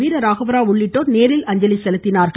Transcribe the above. வீரராகவராவ் உள்ளிட்டோர் நேரில் அஞ்சலி செலுத்தினர்